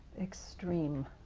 extreme,